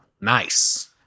Nice